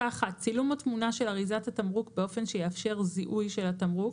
צילום או תמונה של אריזת התמרוק באופן שיאפשר זיהוי של התמרוק.